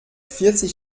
vierzig